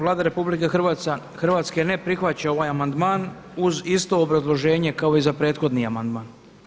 Vlada Republike Hrvatske ne prihvaća ovaj amandman uz isto obrazloženje kao i za prethodni amandman.